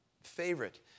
favorite